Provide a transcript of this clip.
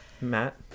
matt